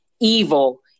evil